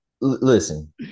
Listen